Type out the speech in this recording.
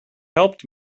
helped